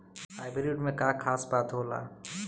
Hybrid में का खास बात होला?